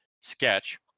sketch